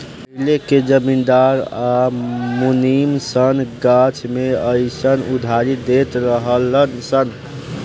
पहिले के जमींदार आ मुनीम सन गाछ मे अयीसन उधारी देत रहलन सन